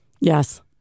Yes